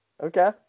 okay